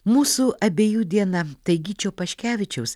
mūsų abiejų diena tai gyčio paškevičiaus